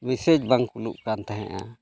message ᱵᱟᱝ ᱠᱳᱞᱚᱜ ᱠᱟᱱ ᱛᱟᱦᱮᱸᱜᱼᱟ